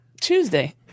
tuesday